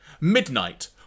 Midnight